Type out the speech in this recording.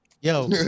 Yo